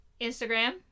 instagram